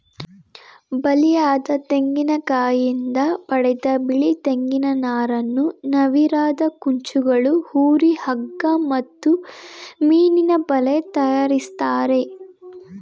ಬಲಿಯದ ತೆಂಗಿನಕಾಯಿಂದ ಪಡೆದ ಬಿಳಿ ತೆಂಗಿನ ನಾರನ್ನು ನವಿರಾದ ಕುಂಚಗಳು ಹುರಿ ಹಗ್ಗ ಮತ್ತು ಮೀನಿನಬಲೆ ತಯಾರಿಸ್ತರೆ